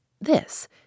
This